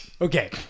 Okay